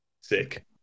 Sick